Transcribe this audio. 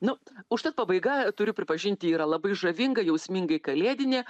nu užtat pabaiga turiu pripažinti yra labai žavinga jausmingai kalėdinė